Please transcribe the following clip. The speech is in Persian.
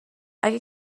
اگه